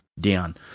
down